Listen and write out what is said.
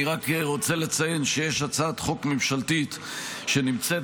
אני רק רוצה לציין שיש הצעת חוק ממשלתית שנמצאת